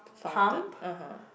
fountain (uh huh)